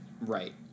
Right